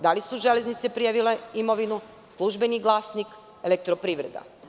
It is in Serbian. Da li su „Železnice“ prijavile imovinu, „Službeni glasnik“, Elektroprivreda?